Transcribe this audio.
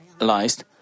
realized